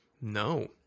No